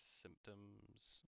symptoms